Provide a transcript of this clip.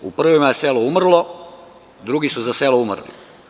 U prvima je selo umrlo, drugi su za selo umrli.